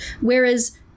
Whereas